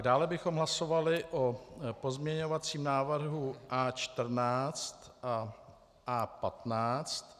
Dále bychom hlasovali o pozměňovacím návrhu A14 a A15.